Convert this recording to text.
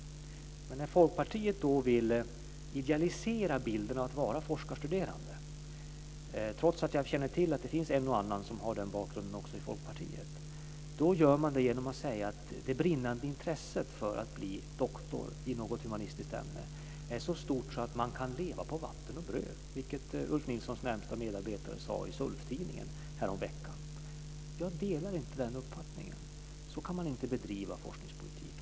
Men när Folkpartiet vill idealisera bilden av att vara forskarstuderande, trots att jag känner till att det finns en och annan som har den bakgrunden också i Folkpartiet, då gör man det genom att säga att det brinnande intresset för att bli doktor i något humanistiskt ämne är så stort att man kan leva på vatten och bröd, vilket Ulf Nilssons närmaste medarbetare sade i SULF-tidningen häromveckan. Jag delar inte den uppfattningen. Så kan man inte bedriva forskningspolitik.